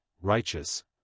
Righteous